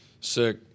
sick